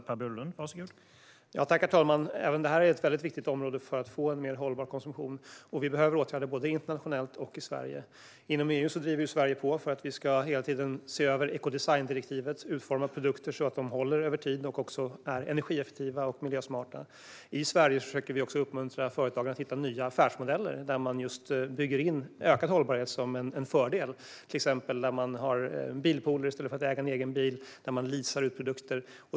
Herr talman! Även det här är ett viktigt område för att få en mer hållbar konsumtion. Det behövs åtgärder både internationellt och i Sverige. Inom EU driver Sverige på för att se över ekodesigndirektivet i fråga om att utforma produkter så att de håller över tid, är energieffektiva och miljösmarta. I Sverige försöker vi uppmuntra företag att hitta nya affärsmodeller där man bygger in ökad hållbarhet som en fördel, till exempel bilpooler i stället för att äga en egen bil eller att leasa ut produkter.